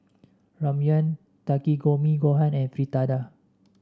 Ramyeon Takikomi Gohan and Fritada